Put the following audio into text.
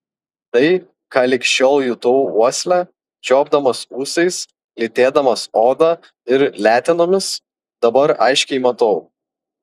tai ką lig šiol jutau uosle čiuopdamas ūsais lytėdamas oda ir letenomis dabar aiškiai matau